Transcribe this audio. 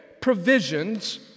provisions